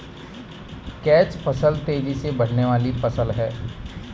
catch फसल तेजी से बढ़ने वाली फसल है